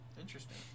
Interesting